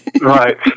Right